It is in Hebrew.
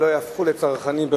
שלא יהפכו לצרחנים.